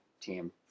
team